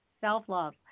self-love